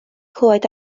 clywed